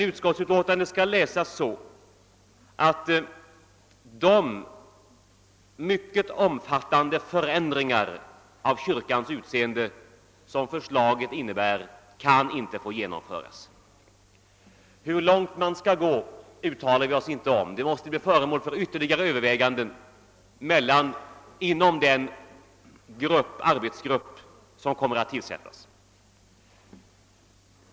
= Utskottsutlåtandet skall läsas så, att de mycket omfattande förändringar av kyrkans utseende som förslaget innebär inte kan få genomföras. Hur långt man skall gå uttalar vi oss inte om; den saken måste bli föremål för ytterligare Överväganden inom den arbetsgrupp som kommer att tillsättas.